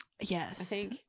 Yes